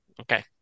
Okay